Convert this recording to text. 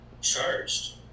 charged